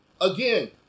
Again